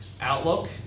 Outlook